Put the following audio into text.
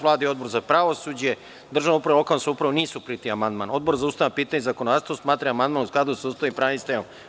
Vlada i Odbor za pravosuđe, državnu upravu i lokalnu samoupravu nisu prihvatili amandman, a Odbor za ustavna pitanja i zakonodavstvo smatra da je amandman u skladu sa Ustavom i pravnim sistemom.